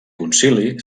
concili